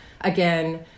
again